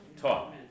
Talk